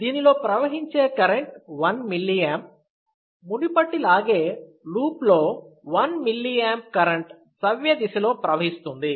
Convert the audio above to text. దీనిలో ప్రవహించే current 1mA మునుపటిలాగే లూప్ లో 1mA కరెంట్ సవ్యదిశలో ప్రవహిస్తోంది